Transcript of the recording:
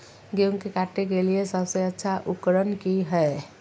गेहूं के काटे के लिए सबसे अच्छा उकरन की है?